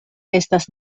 estas